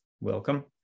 Welcome